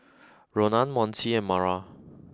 Ronan Monte and Mara